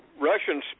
Russian